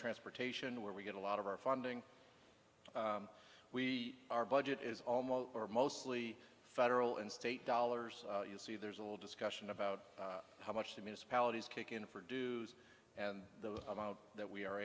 transportation where we get a lot of our funding we our budget is almost or mostly federal and state dollars you see there's a little discussion about how much the municipalities kick in for do and the amount that we are